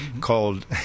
called